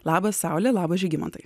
labas saule labas žygimantai